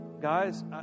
guys